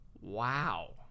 wow